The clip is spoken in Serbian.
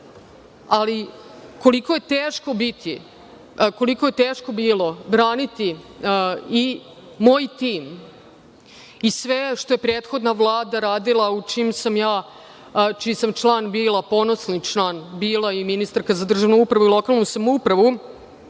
koliko je teško bilo braniti i moj tim i sve što je prethodna Vlada radila, čiji sam član bila, ponosni član bila i ministarka za državnu upravu i lokalnu samoupravu,